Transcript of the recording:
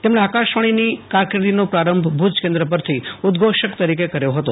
તેમણે આકાશવાણીની કારકિર્દીનો પ્રારંભ ભુજ કેન્દ્ર પરથી ઉદઘોષક તરીકે કર્યો હતો